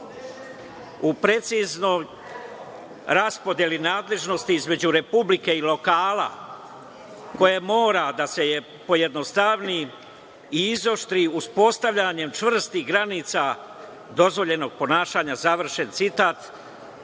u preciznoj raspodeli nadležnosti između republike i lokala koja mora da se pojednostavi i izoštri uspostavljanjem čvrstih granica dozvoljenog ponašanja, završen citat,